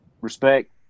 respect